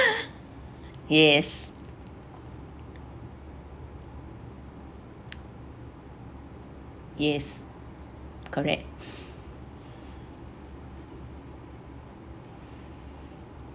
yes yes correct